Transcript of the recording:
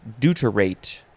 deuterate